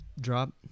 drop